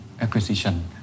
acquisition